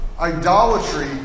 idolatry